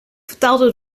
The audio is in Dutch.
vertaalde